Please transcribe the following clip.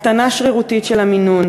יש הקטנה שרירותית של המינון,